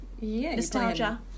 Nostalgia